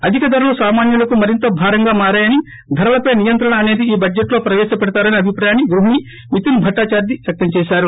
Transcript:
అధిక ధరలు సామాన్యులకు మరింత భారంగా మారాయని ధరలపై నియంత్రణ అనేది ఈ బడ్జెట్లో ప్రవేశపెడతారనే అభిప్రాయాన్సి గృహిణి మితున్ బట్టాధార్టి వ్యక్తం చేశారు